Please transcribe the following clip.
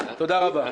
תודה רבה.